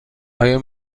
آیا